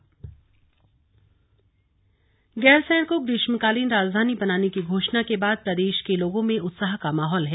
उत्साह गैरसैंण को ग्रीष्मकालीन राजधानी बनाने की घोषणा के बाद प्रदेश के लोगों में उत्साह का माहौल है